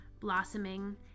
blossoming